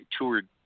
toured